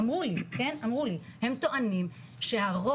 אמרו לי הם טוענים שהראש,